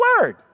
word